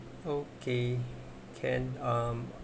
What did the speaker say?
okay can um